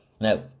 now